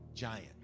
giant